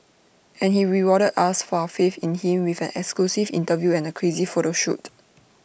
and he rewarded us for our faith in him with an exclusive interview and crazy photo shoot